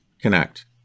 connect